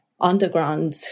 underground